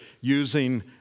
using